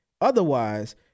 otherwise